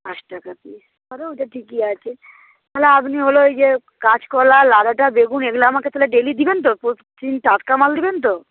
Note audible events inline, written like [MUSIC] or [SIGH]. পাঁচ টাকা পিস তবে ওটা ঠিকই আছে তাহলে আপনি হলো এই যে কাঁচকলা লাউডাঁটা বেগুন এগুলো আমাকে তাহলে ডেলি দেবেন তো [UNINTELLIGIBLE] দিন টাটকা মাল দেবেন তো